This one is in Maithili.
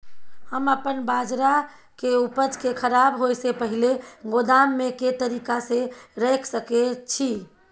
हम अपन बाजरा के उपज के खराब होय से पहिले गोदाम में के तरीका से रैख सके छी?